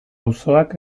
auzoak